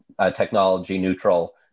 technology-neutral